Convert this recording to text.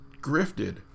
grifted